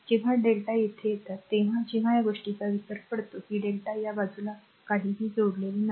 जेव्हा Δ येथे येतात येथे जेव्हा या गोष्टीचा विसर पडतो की Δ या बाजूला काहीही जोडलेले नाही